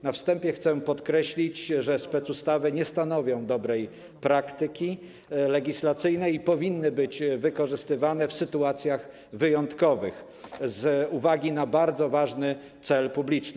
Na wstępie chcę podkreślić, że specustawy nie stanowią dobrej praktyki legislacyjnej i powinny być wykorzystywane w sytuacjach wyjątkowych, z uwagi na bardzo ważny cel publiczny.